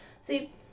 See